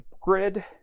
grid